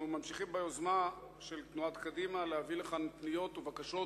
אנחנו ממשיכים ביוזמה של תנועת קדימה להביא לכאן פניות ובקשות